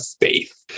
faith